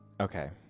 Okay